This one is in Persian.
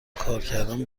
کارکردن